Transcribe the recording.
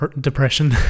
depression